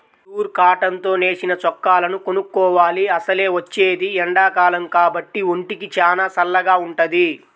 pure cotton తో నేసిన చొక్కాలను కొనుక్కోవాలి, అసలే వచ్చేది ఎండాకాలం కాబట్టి ఒంటికి చానా చల్లగా వుంటది